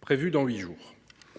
Prévue dans huit jours.